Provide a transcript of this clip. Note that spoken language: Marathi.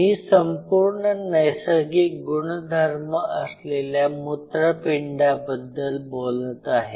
मी संपूर्ण नैसर्गिक गुणधर्म असलेल्या मूत्रपिंडाबद्दल बोलत आहे